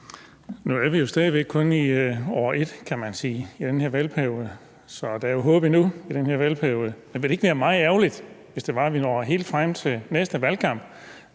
Nu er vi stadig væk kun i år et, kan man sige, i den her valgperiode, så der er jo håb endnu i den her valgperiode. Men vil det ikke være meget ærgerligt, hvis vi når helt frem til næste valgkamp